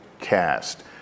cast